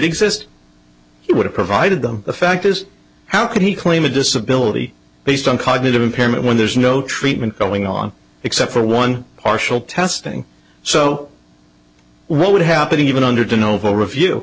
exist he would have provided them the fact is how could he claim a disability based on cognitive impairment when there's no treatment going on except for one partial testing so what would happen even under the novo review